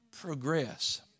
progress